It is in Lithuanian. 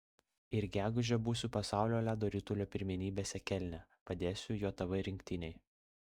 ir gegužę būsiu pasaulio ledo ritulio pirmenybėse kelne padėsiu jav rinktinei